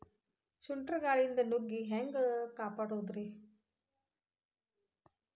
ಸುಂಟರ್ ಗಾಳಿಯಿಂದ ನುಗ್ಗಿ ಹ್ಯಾಂಗ ಕಾಪಡೊದ್ರೇ?